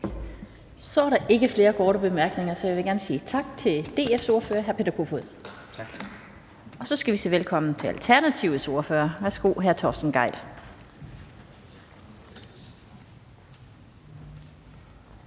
Der er ikke flere korte bemærkninger, så jeg vil gerne sige tak til DF's ordfører, hr. Peter Kofod. Så skal vi sige velkommen til Alternativets ordfører hr. Torsten Gejl.